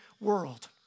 world